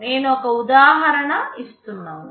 నేను ఒక ఉదాహరణ ఇస్తున్నాను